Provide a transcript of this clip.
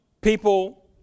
people